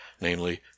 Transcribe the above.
namely